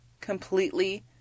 completely